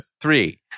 three